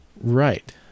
Right